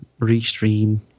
restream